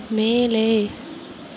மேலே